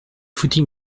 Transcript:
footing